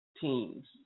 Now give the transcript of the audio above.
teams